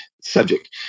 subject